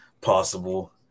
possible